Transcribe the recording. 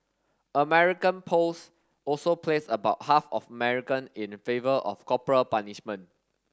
American polls also placed about half of American in favor of corporal punishment